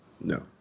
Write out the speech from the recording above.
no